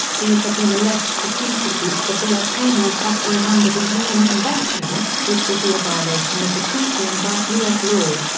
these have been alleged to constitute severe pain or suffering under the un convention, which would be a violation of the treaty and thus us law.